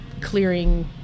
clearing